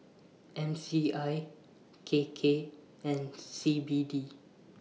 M C I K K and C B D